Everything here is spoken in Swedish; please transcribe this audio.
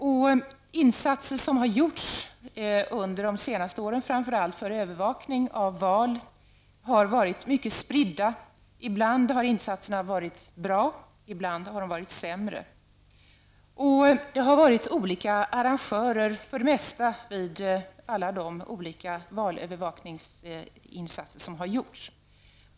De insatser som har gjorts framför allt under de senaste åren för övervakning av val har varit mycket spridda. Ibland har insatserna varit bra, och ibland har de varit sämre. Det har för det mesta vid de olika valövervakningsinsatser som har genomförts varit fråga om olika arrangörer.